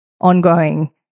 ongoing